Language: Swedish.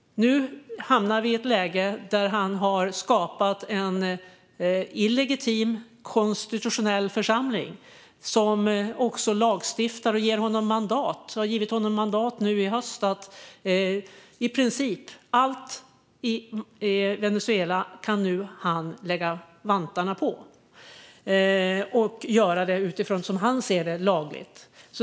Nu hamnar vi i ett läge där han har skapat en illegitim konstitutionell församling som lagstiftar och ger honom mandat. Nu under hösten har han getts mandat att lägga vantarna på i princip allt i Venezuela. Som han ser det kan han göra det lagligt.